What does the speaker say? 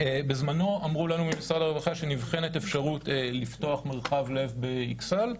בזמנו אמרו לנו ממשרד הרווחה שנבחנת אפשרות לפתוח מרחב לב באכסאל,